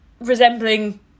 resembling